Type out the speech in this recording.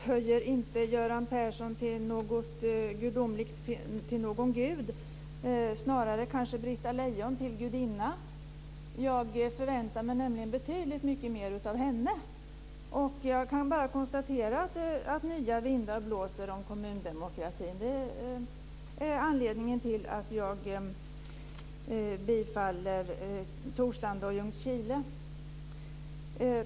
Fru talman! Nej, Per Bill, jag upphöjer inte Göran Persson till någon gud; snarare kanske Britta Lejon till gudinna. Jag förväntar mig nämligen betydligt mycket mer av henne. Jag kan bara konstatera att nya vindar blåser om kommundemokratin. Det är anledningen till att jag bifaller Torslanda och Ljungskile.